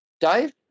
Dave